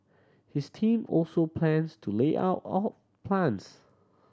his team also plans the layout of plants